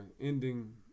ending